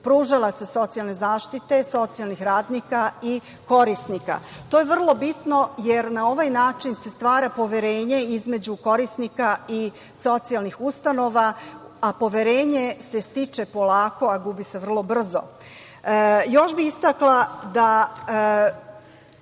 pružalaca socijalne zaštite, socijalnih radnika i korisnika. To je vrlo bitno, jer na ovaj način se stvara poverenje između korisnika i socijalnih ustanova, a poverenje se stiče polako, a gubi se vrlo brzo. Još bih istakla da